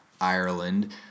Ireland